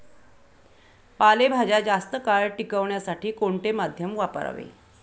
पालेभाज्या जास्त काळ टिकवण्यासाठी कोणते माध्यम वापरावे?